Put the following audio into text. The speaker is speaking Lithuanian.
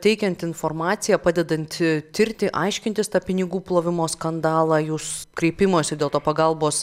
teikiant informaciją padedanti tirti aiškintis tą pinigų plovimo skandalą jūs kreipimosi dėl to pagalbos